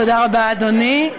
תודה רבה, אדוני.